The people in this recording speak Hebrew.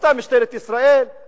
אתה משטרת ישראל?